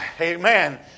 Amen